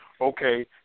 okay